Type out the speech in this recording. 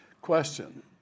Question